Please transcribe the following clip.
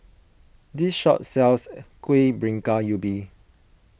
this shop sells Kueh Bingka Ubi